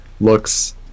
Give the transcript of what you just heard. looks